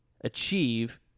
achieve